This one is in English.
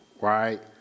right